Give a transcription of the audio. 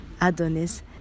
Adonis